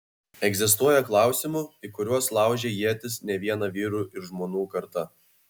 egzistuoja klausimų į kuriuos laužė ietis ne viena vyrų ir žmonų karta